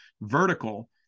vertical